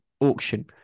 auction